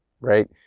right